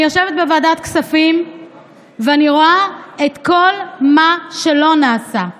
אני יושבת בוועדת כספים ואני רואה את כל מה שלא נעשה.